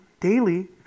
daily